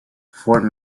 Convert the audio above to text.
fort